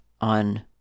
on